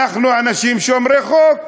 אנחנו אנשים שומרי חוק.